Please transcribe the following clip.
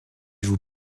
vous